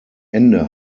ende